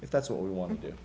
if that's what we want to do